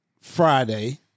Friday